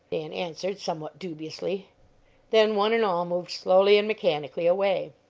dan answered, somewhat dubiously then one and all moved slowly and mechanically away.